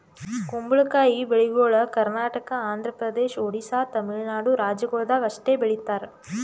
ಕುಂಬಳಕಾಯಿ ಬೆಳಿಗೊಳ್ ಕರ್ನಾಟಕ, ಆಂಧ್ರ ಪ್ರದೇಶ, ಒಡಿಶಾ, ತಮಿಳುನಾಡು ರಾಜ್ಯಗೊಳ್ದಾಗ್ ಅಷ್ಟೆ ಬೆಳೀತಾರ್